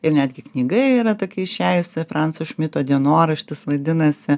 ir netgi knyga yra tokia išėjusi franco šmito dienoraštis vadinasi